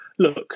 look